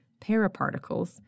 paraparticles